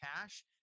cash